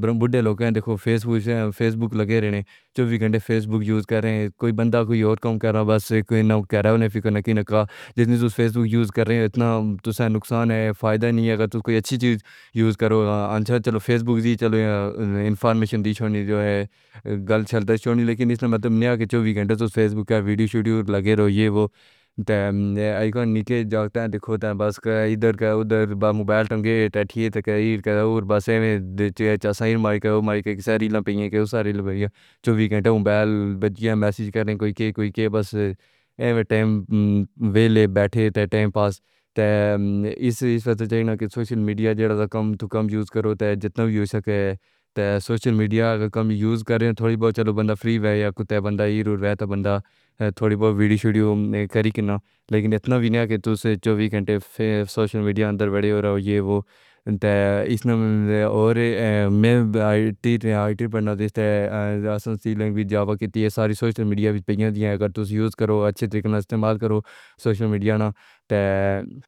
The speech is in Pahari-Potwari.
برم بڈھے لوگوں نو دیکھو فیس بک لگے رہنے چووی گھنٹے فیس بک یوز کریں کوئی بندہ کوئی اور کم کراں بس نہ گران نو فکر نکی نکا جتنی توس فیس بک یوز کریں انا تساں نقصان اے فائدہ نی اے کوئی اچھی چیز یوز کرو آنچھا چلو فیس بک جی چلو انفارمیشن ڈی جو ہے گل چل دس چھوڈنی لیکن اس دا مطلب نیاں کی چووی گھنٹے توس فیس بک ویڈیو شیڈیو لگے رہو یہ وہ تے ائی کے نکے جاگتا دیکھو تے بس ادھر کا ادھر با موبائل ٹنگے ٹٹیے تقریر کرو اور بس ایویں دے چس ائی مائی کے او مائی کے قصہ ریلاں پیے او سارے لبیہ چووی گھنٹے موبائل بچیاں میسج کریں کوئی کے کوئی کے بس ایویں ٹیم ویلے بیٹھے تے ٹیم پاس تے اس اس تو چاہینا سوشل میڈیا جیڑا کم تو کم یوز کرو تے جتنا وی ہو سکے تے سوشل میڈیا کم یوز کریں تھوڑی بہت چلو بندہ فری بییا یا کتے بندائ رہ رے تے بندہ تھوڑی بہت ویڈیو شیڈیو ویکھری کنا لیکن اتنا وی نہی کی تساں چووی گھنٹے فیس سوشل میڈیا اندر وڈیے اورا ہو یہ وہ تے اور میں ائی ٹی ائی ٹی پڑھناں تے استے اساں لینگویج جوباں کیتی سارے سوشل میڈیا وچ پےیاں دیا کر تس یوز کرو اچھے طریقے مس استعمال کرو سوشل میڈیا نا تے۔